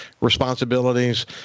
responsibilities